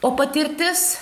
o patirtis